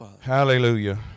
hallelujah